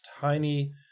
tiny